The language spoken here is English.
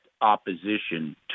opposition